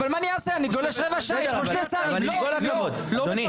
אבל מה אני אעשה אני גולש רבע שעה -- אבל עם כל הכבוד אדוני,